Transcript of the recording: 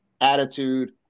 attitude